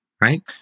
Right